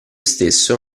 stesso